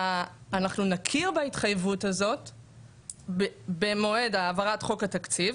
אנחנו נכיר בהתחייבות הזאת במועד העברת חוק התקציב,